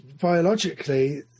biologically